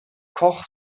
koch